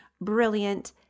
brilliant